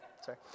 Sorry